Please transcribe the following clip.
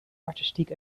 artistiek